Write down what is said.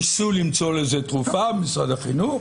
ניסו למצוא לזה תרופה במשרד החינוך,